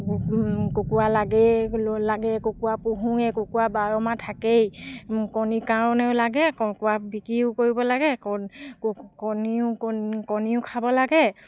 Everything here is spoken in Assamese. কুকুৰা লাগেই লাগেই কুকুৰা পুহোৱে কুকুৰা বাৰমাহ থাকেই কণীৰ কাৰণেও লাগে কুকুৰা বিক্ৰীয়ো কৰিব লাগে কণী কণী কণীয়ো খাব লাগে